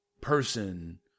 person